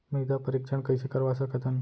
मृदा परीक्षण कइसे करवा सकत हन?